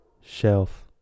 shelf